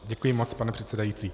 Děkuji moc, pane předsedající.